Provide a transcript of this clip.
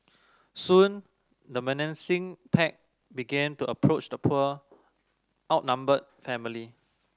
soon the menacing pack began to approach the poor outnumbered family